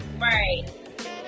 Right